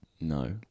No